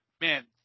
man